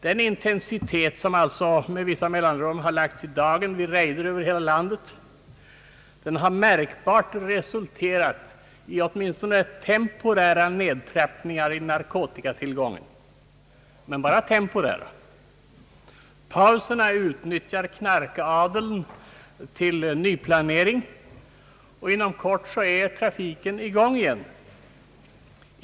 Den intensitet som alltså med vissa mellanrum lagts i dagen vid razzior över hela landet har märkbart resulterat i temporära nedtrappningar i narkotikatillgången — men bara temporära. Pauserna utnyttjar »knarkadeln» till nyplanering, och inom kort är trafiken i gång igen.